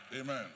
amen